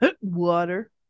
water